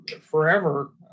forever